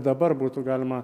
dabar būtų galima